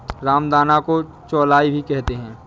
रामदाना को चौलाई भी कहते हैं